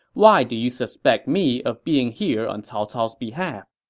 why do you suspect me of being here on cao cao's behalf?